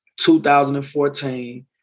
2014